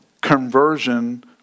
Conversion